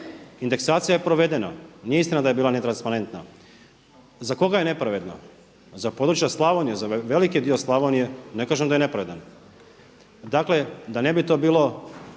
Indeksacija je provedena, nije istina da je bila netransparentna. Za koga je nepravedna? Za područja Slavonije, za veliki dio Slavonije, ne kažem da je nepravedan. Dakle, da ne bi to bilo